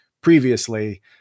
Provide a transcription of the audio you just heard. previously